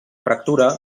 fractura